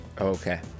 Okay